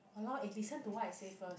!walao! eh listen to what I say first